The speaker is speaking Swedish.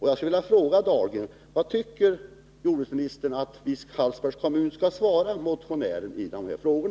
Jag skulle vilja fråga Anders Dahlgren: Vad tycker jordbruksministern att vi i Hallsbergs kommun skall svara motionären?